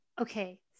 Okay